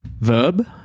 Verb